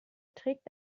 trägt